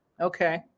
Okay